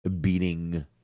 beating